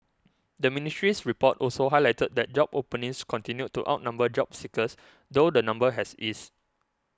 the ministry's report also highlighted that job openings continued to outnumber job seekers though the number has eased